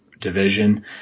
division